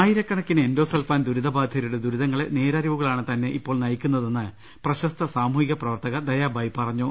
ആയിരക്കണക്കിന് എൻഡോസൾഫാൻ ദുരിതബാധിതരുടെ ദുരി തങ്ങളുടെ നേരറിവുകളാണ് തന്നെ ഇപ്പോൾ നയിക്കുന്നതെന്ന് പ്രശസ്ത സാമൂഹിക പ്രവർത്തക ദയാബായ് പറഞ്ഞു